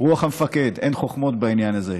רוח המפקד, אין חוכמות בעניין הזה.